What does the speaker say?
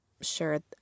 sure